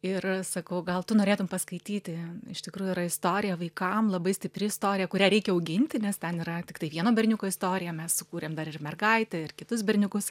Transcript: ir sakau gal tu norėtum paskaityti iš tikrųjų yra istorija vaikam labai stipri istorija kurią reikia auginti nes ten yra tiktai vieno berniuko istorija mes sukūrėm dar ir mergaitę ir kitus berniukus